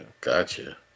gotcha